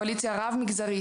קואליציה רב-מגזרית,